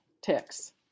ticks